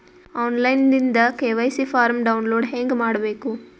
On line ದಿಂದ KYC form download ಹೇಂಗ ಮಾಡಬೇಕು?